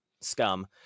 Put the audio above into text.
scum